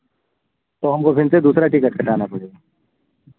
तो हमको फ़िर से दूसरा टिकट कटाना पड़ेगा